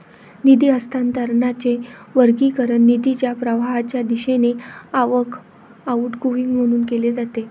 निधी हस्तांतरणाचे वर्गीकरण निधीच्या प्रवाहाच्या दिशेने आवक, आउटगोइंग म्हणून केले जाते